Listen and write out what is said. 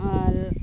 ᱟᱨ